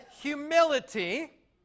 humility